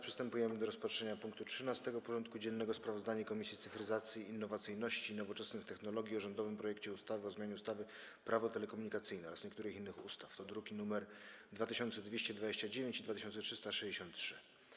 Przystępujemy do rozpatrzenia punktu 13. porządku dziennego: Sprawozdanie Komisji Cyfryzacji, Innowacyjności i Nowoczesnych Technologii o rządowym projekcie ustawy o zmianie ustawy Prawo telekomunikacyjne oraz niektórych innych ustaw (druki nr 2229 i 2363)